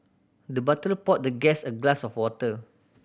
the butler poured the guest a glass of water